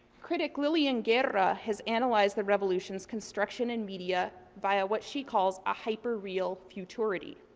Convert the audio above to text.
critic lillian guerra has analyzed the revolution's construction in media via what she called a hyperreal futurity.